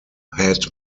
had